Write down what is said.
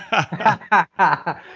i